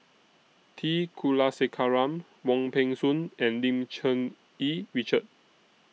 T Kulasekaram Wong Peng Soon and Lim Cherng Yih Richard